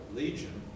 legion